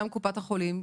גם קופת החולים,